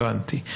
הבנתי.